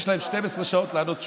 ויש להם 12 שעות לענות תשובות.